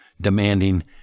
demanding